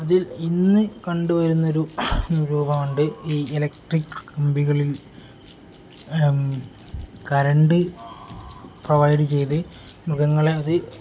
അതിൽ ഇന്ന് കണ്ടുവരുന്ന ഒരു രൂപം ഉണ്ട് ഈ ഇലക്ട്രിക് കമ്പികളിൽ കരണ്ട് പ്രൊവൈഡ് ചെയ്ത് മൃഗങ്ങളെ അത്